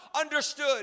understood